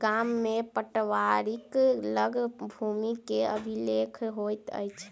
गाम में पटवारीक लग भूमि के अभिलेख होइत अछि